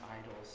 idols